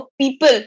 people